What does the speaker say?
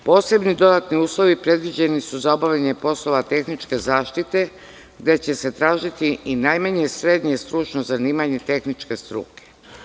Posebni dodatni uslovi predviđeni su za obavljanje poslova tehničke zaštite, gde će se tražiti i najmanje srednje stručno zanimanje tehničke struke.